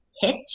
hit